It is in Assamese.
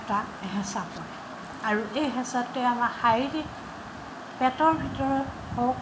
এটা হেঁচা পৰে আৰু এই হেঁচাটোৱে আমাৰ শাৰীৰিক পেটৰ ভিতৰত হওক